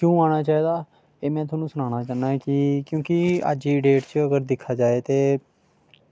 क्यों आना चाहिदा एह् में थुआनूं सनाना चाह्न्नां कि क्योंकि अज्ज दी डेट च अगर दिक्खेआ जाए ते